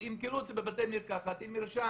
ימכרו את זה בבתי מרקחת עם מרשם.